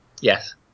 Yes